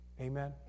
Amen